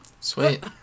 Sweet